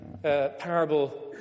Parable